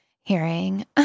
hearing